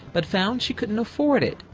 but found she couldn't afford it.